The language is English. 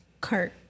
cart